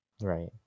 Right